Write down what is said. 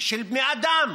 לבני אדם,